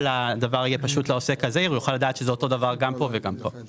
הדבר יהיה פשוט לעוסק הזעיר והוא יוכל לדעת שזה אותו דבר גם פה וגם פה.